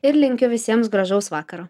ir linkiu visiems gražaus vakaro